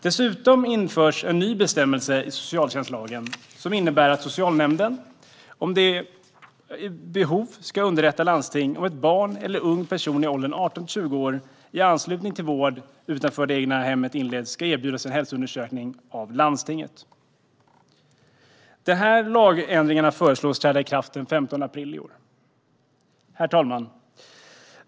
Dessutom införs en ny bestämmelse i socialtjänstlagen som innebär att socialnämnden vid behov ska underrätta landstinget om att ett barn eller en ung person i åldern 18-20 år, i anslutning till att vård utanför det egna hemmet inleds, ska erbjudas en hälsoundersökning av landstinget. Lagändringarna föreslås träda i kraft den 15 april i år. Herr talman!